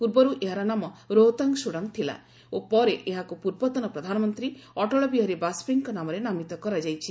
ପୂର୍ବରୁ ଏହାର ନାମ ରୋହତାଙ୍ଗ୍ ସୁଡ଼ଙ୍ଗ ଥିଲା ଓ ପରେ ଏହାକୁ ପୂର୍ବତନ ପ୍ରଧାନମନ୍ତ୍ରୀ ଅଟଳ ବିହାରୀ ବାଜପେୟୀଙ୍କ ନାମରେ ନାମିତ କରାଯାଇଛି